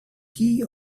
key